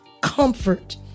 comfort